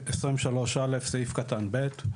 23א' סעיף קטן ב',